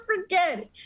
forget